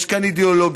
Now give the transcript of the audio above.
יש כאן אידיאולוגיות.